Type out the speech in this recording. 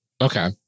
Okay